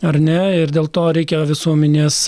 ar ne ir dėl to reikia visuomenės